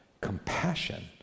compassion